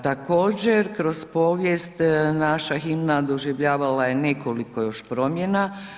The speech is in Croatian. Također, kroz povijest, naša himna doživljavala je nekoliko još promjena.